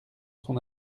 son